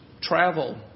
travel